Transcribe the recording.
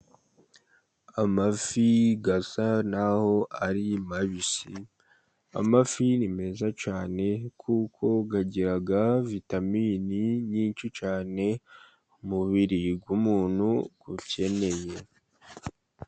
Amafi asa n'aho ari mabisi, amafi ni meza cyane, kuko agira vitamini nyinshi cyane umubiri w'umuntu ukeneye.